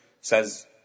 Says